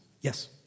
Yes